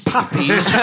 Puppies